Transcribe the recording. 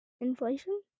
inflation